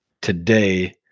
today